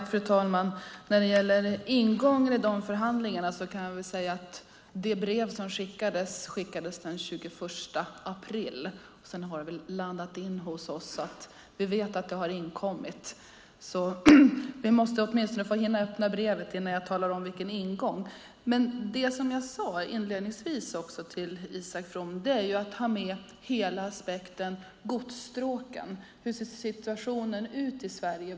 Fru talman! När det gäller ingången i de förhandlingarna kan jag säga att detta brev skickades den 21 april. Sedan har det landat hos oss. Vi vet att det har inkommit. Vi måste åtminstone hinna öppna brevet innan jag talar om vilken ingång det är. Men som jag sade inledningsvis till Isak From handlar det om att ta med hela aspekten när det gäller godsstråken. Hur ser situationen ut i Sverige?